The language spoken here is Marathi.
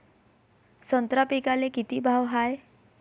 संत्रा पिकाले किती भाव हाये?